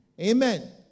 Amen